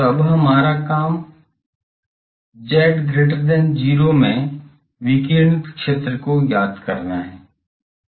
तो अब हमारा काम z0 में विकिरणित क्षेत्र को ज्ञात करना है